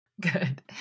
Good